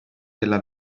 della